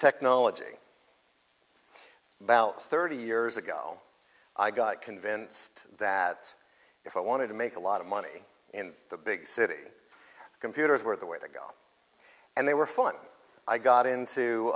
technology about thirty years ago i got convinced that if i wanted to make a lot of money in the big city computers were the way to go and they were fun i got